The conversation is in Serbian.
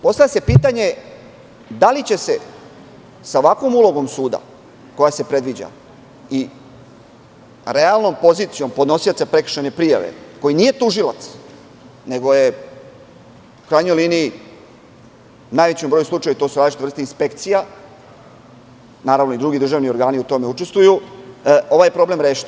Postavlja se pitanje – da li će se sa ovakvom ulogom suda koja se predviđa i realnom pozicijom podnosioca prekršajne prijave, koji nije tužilac nego je, u krajnjoj liniji, u najvećem broju slučajeva su to različite vrste inspekcija, naravno, i drugi državni organi u tome učestvuju, ovaj problem rešiti?